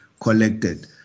collected